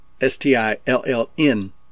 s-t-i-l-l-n